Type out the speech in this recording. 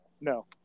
No